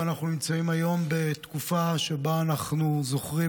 ואנחנו נמצאים היום בתקופה שבה אנחנו זוכרים